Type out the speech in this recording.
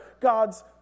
God's